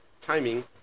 timing